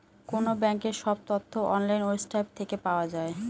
কোনো ব্যাঙ্কের সব তথ্য অনলাইন ওয়েবসাইট থেকে পাওয়া যায়